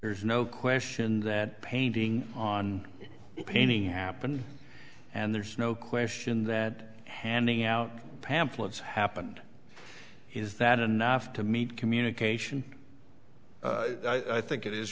there's no question that painting on the painting appen and there's no question that handing out pamphlets happened is that enough to meet communication i think it is